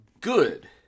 good